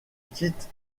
petite